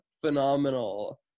phenomenal